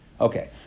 Okay